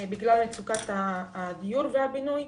בגלל מצוקת הדיור והבינוי.